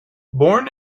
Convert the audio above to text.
born